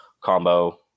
combo